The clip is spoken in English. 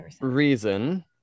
reason